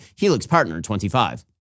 helixpartner25